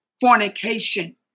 fornication